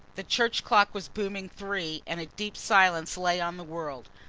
the church clock was booming three and a deep silence lay on the world.